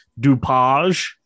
DuPage